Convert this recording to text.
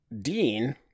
Dean